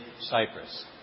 Cyprus